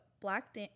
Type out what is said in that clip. Black